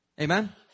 Amen